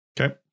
Okay